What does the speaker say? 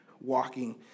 walking